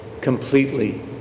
completely